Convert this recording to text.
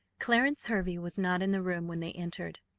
clarence hervey was not in the room when they entered,